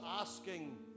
asking